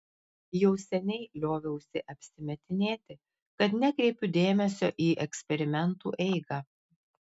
jau seniai lioviausi apsimetinėti kad nekreipiu dėmesio į eksperimentų eigą